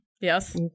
Yes